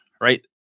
right